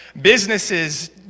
businesses